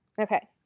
okay